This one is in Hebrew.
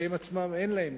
שהם עצמם אין להם,